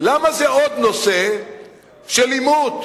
של עימות?